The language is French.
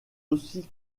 aussi